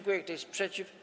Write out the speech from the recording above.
Kto jest przeciw?